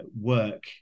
work